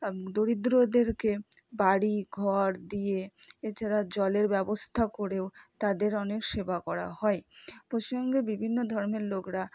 দরিদ্রদেরকে বাড়ি ঘর দিয়ে এছাড়া জলের ব্যবস্থা করেও তাদের অনেক সেবা করা হয় পশ্চিমবঙ্গে বিভিন্ন ধর্মের লোকরা